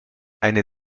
eine